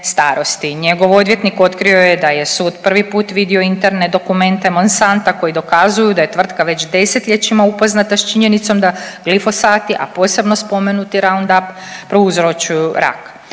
njegov odvjetnik otkrio je da je sud prvi put vidio interne dokumente Monsanta koji dokazuju da je tvrtka već desetljećima upoznata s činjenicom da glifosati, a posebno spomenuti Roundup prouzročuju rak.